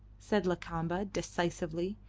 said lakamba, decisively,